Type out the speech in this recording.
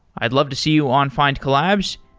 i'd love to see you on findcollabs.